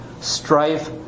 strife